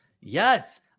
Yes